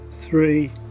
three